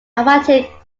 aliphatic